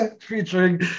Featuring